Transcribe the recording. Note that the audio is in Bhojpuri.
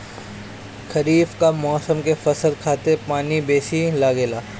खरीफ कअ मौसम के फसल खातिर पानी बेसी लागेला